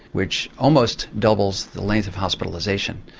which almost doubles the length of hospitalisation.